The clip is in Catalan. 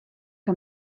que